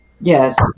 Yes